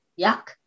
yuck